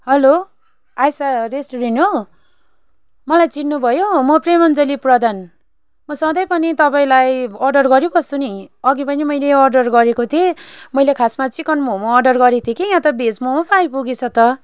hello आइसा restaurant हो मलाई चिन्नुभयो म के अन्जली प्रधान म सधैँ पनि तपाईँलाई अर्डर गरिबस्छु नि अघि पनि मैले अर्डर गरेको थिएँ मैले खासमा चिकन मोमो अर्डर गरेको थिएँ कि यहाँ त भेज मोमो पो आइपुगेछ त